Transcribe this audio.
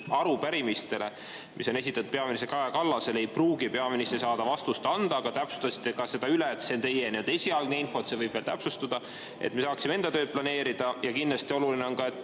arupärimistele, mis on esitatud peaminister Kaja Kallasele, ei pruugi peaminister saada vastust anda. Aga täpsustasite ka üle, et see on teie esialgne info ja võib veel täpsustuda. Et me saaksime enda tööd planeerida ja kindlasti oluline on ka